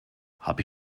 habe